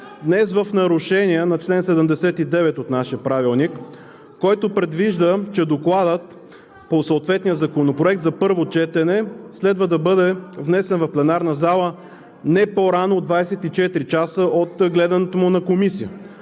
ОП) в нарушение на чл. 79 от нашия Правилник, който предвижда, че докладът по съответния законопроект за първо четене следва да бъде внесен в пленарна зала не по-рано от 24 часа от гледането му на комисия.